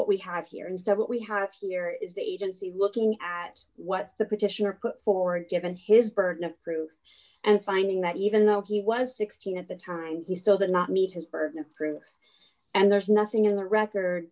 what we have here and so what we have here is the agency looking at what the petitioner put forward given his burden of proof and finding that even though he was sixteen at the time he still did not meet his burden of proof and there's nothing in the record